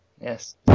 Yes